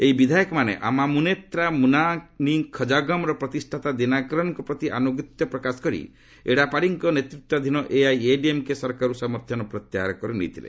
ଏହି ବିଧାୟକମାନେ ଆମ୍ମାମୁନେତ୍ରା ମୁନାନି ଖଜଗମ୍ର ପ୍ରତିଷ୍ଠାତା ଦିନାକରନ୍ଙ୍କ ପ୍ରତି ଆନୁଗତ୍ୟ ପ୍ରକାଶ କରି ଏଡ଼ାପାଡ଼ିଙ୍କ ନେତୃତ୍ୱାଧୀନ ଏଆଇଏଡିଏମ୍କେ ସରକାରରୁ ସମର୍ଥନ ପ୍ରତ୍ୟାହାର କରିନେଇଥିଲେ